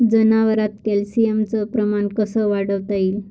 जनावरात कॅल्शियमचं प्रमान कस वाढवता येईन?